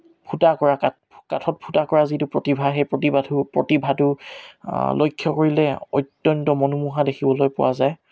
ফুটা কৰা কাঠ কাঠত ফুটা কৰা যিটো প্ৰতিভা সেই প্ৰতিভাটো লক্ষ্য কৰিলে অত্যন্ত মহোমোহা দেখিবলৈ পোৱা যায়